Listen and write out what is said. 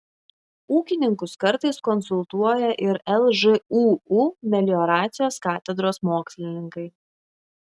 ūkininkus kartais konsultuoja ir lžūu melioracijos katedros mokslininkai